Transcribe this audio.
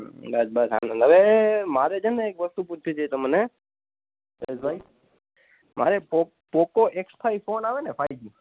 બસ બસ આનંદ હવે મારે છે ને એક વસ્તુ પૂછવી હતી તમને જયેશભાઈ મારે પોક પોકો એક્ષ ફાઇવ ફોન આવે ને ફાઈ જી